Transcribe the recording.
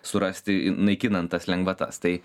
surasti naikinant tas lengvatas tai